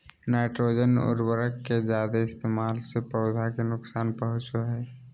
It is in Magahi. नाइट्रोजन उर्वरक के जादे इस्तेमाल से पौधा के नुकसान पहुंचो हय